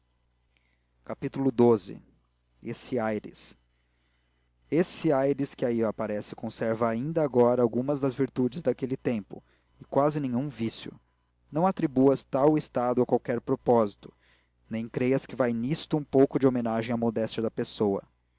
recém-chegado xii esse aires esse aires que aí aparece conserva ainda agora algumas das virtudes daquele tempo e quase nenhum vício não atribuas tal estado a qualquer propósito nem creias que vai nisto um pouco de homenagem à modéstia da pessoa